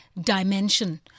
dimension